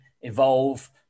evolve